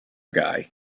guy